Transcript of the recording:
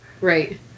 Right